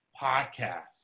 podcast